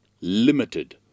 limited